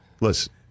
Listen